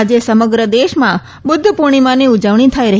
આજે સમગ્ર દેશમાં બુદ્ધ પૂર્ણિમાની ઉજવણી થઈ રહી છે